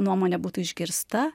nuomonė būtų išgirsta